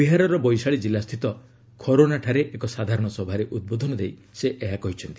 ବିହାରର ବୈଶାଳୀ କିଲ୍ଲା ସ୍ଥିତ ଖରୋନାଠାରେ ଏକ ସାଧାରଣ ସଭାରେ ଉଦ୍ବୋଧନ ଦେଇ ସେ ଏହା କହିଛନ୍ତି